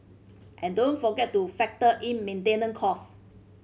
and don't forget to factor in maintenance cost